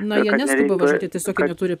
na jie neskuba važiuoti tiesiog jie neturi